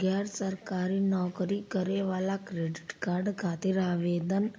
गैर सरकारी नौकरी करें वाला क्रेडिट कार्ड खातिर आवेदन